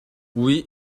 oui